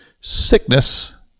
sickness